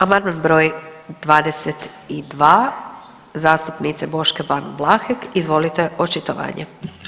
Amandman br. 22 zastupnice Boške Ban Vlahek, izvolite očitovanje.